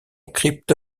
crypte